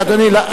אדוני,